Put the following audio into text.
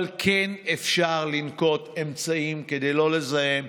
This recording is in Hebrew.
אבל כן אפשר לנקוט אמצעים כדי לא לזהם,